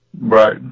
Right